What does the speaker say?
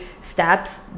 steps